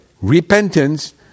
repentance